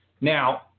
Now